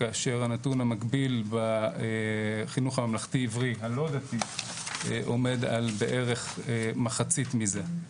כאשר הנתון המקביל בחינוך הממלכתי עברי עומד על בערך מחצית מזה.